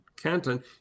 canton